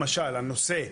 למשל הנושא,